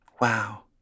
wow